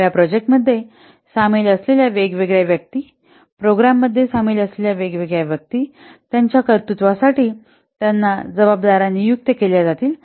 तर या प्रोजेक्ट मध्ये सामील असलेल्या वेगवेगळ्या व्यक्ती प्रोग्राममध्ये सामील असलेल्या वेगवेगळ्या व्यक्ती त्यांच्या कर्तृत्वा साठी त्यांना जबाबदार्या नियुक्त केल्या जातील